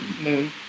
moon